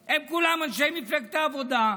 הם כולם אנשי מפלגת העבודה,